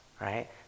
right